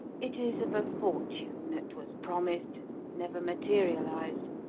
it is of a fortune that was promised and never materialized.